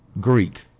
Greek